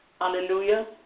hallelujah